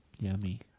Yummy